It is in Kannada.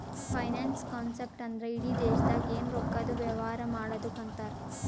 ಫೈನಾನ್ಸ್ ಕಾನ್ಸೆಪ್ಟ್ ಅಂದ್ರ ಇಡಿ ದೇಶ್ದಾಗ್ ಎನ್ ರೊಕ್ಕಾದು ವ್ಯವಾರ ಮಾಡದ್ದುಕ್ ಅಂತಾರ್